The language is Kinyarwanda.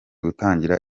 gutangira